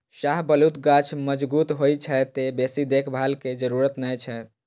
शाहबलूत गाछ मजगूत होइ छै, तें बेसी देखभाल के जरूरत नै छै